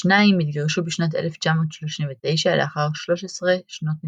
השניים התגרשו בשנת 1939 לאחר 13 שנות נישואים,